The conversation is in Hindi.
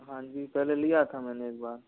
हाँ जी पहले लिया था मैंने एक बार